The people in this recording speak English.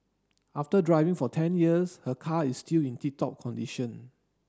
after driving for ten years her car is still in tip top condition